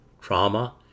trauma